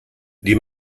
die